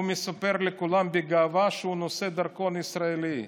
הוא מספר לכולם בגאווה שהוא נושא דרכון ישראלי.